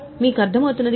మీకు అర్థమవుతున్నది కదా